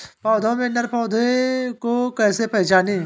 पौधों में नर पौधे को कैसे पहचानें?